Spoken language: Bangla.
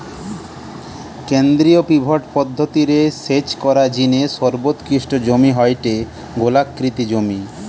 কেন্দ্রীয় পিভট পদ্ধতি রে সেচ করার জিনে সর্বোৎকৃষ্ট জমি হয়ঠে গোলাকৃতি জমি